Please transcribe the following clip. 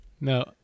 No